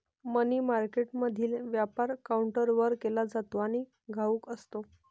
मनी मार्केटमधील व्यापार काउंटरवर केला जातो आणि घाऊक असतो